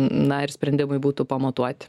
na ir sprendimai būtų pamatuoti